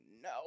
no